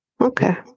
okay